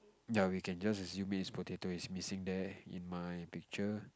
ya we can just assume it's potato it's missing there in my picture